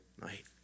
night